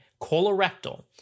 colorectal